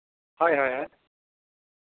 ᱦᱳᱭ ᱦᱳᱭ ᱦᱳᱭ